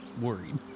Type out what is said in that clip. worried